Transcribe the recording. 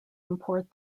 import